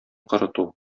корыту